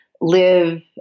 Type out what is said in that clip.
live